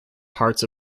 parts